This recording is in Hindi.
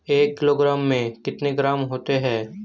एक किलोग्राम में कितने ग्राम होते हैं?